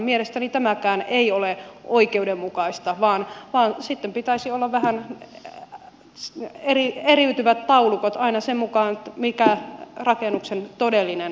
mielestäni tämäkään ei ole oikeudenmukaista vaan sitten pitäisi olla vähän eriytyvät taulukot aina sen mukaan mikä rakennuksen todellinen arvo on